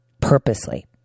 purposely